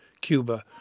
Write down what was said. Cuba